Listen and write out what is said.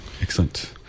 Excellent